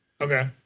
okay